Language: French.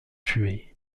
tués